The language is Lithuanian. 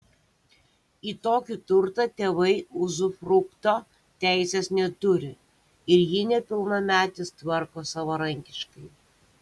į tokį turtą tėvai uzufrukto teisės neturi ir jį nepilnametis tvarko savarankiškai